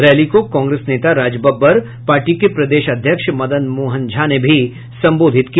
rally को कांग्रेस नेता राज बब्बर पार्टी के प्रदेश अध्यक्ष मदन मोहन झा ने भी संबोधित किया